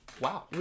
wow